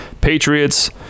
Patriots